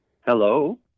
Hello